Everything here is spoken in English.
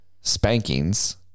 Spankings